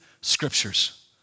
scriptures